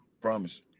Promise